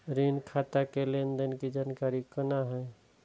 ऋण खाता के लेन देन के जानकारी कोना हैं?